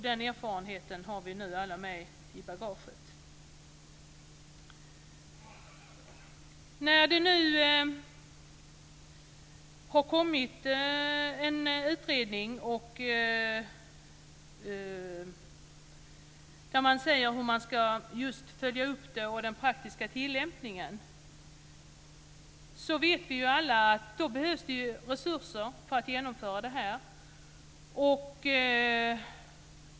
Den erfarenheten har vi nu alla med i bagaget. Det har tillsatts en utredning som ska följa upp och se över den praktiska tillämpningen. Men då behövs det resurser för att genomföra detta.